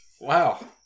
Wow